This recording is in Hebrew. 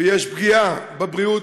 ויש פגיעה בבריאות.